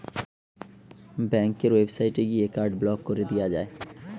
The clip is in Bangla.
ব্যাংকের ওয়েবসাইটে গিয়ে কার্ড ব্লক কোরে দিয়া যায়